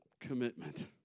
commitment